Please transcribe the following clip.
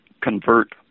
convert